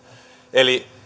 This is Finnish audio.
eli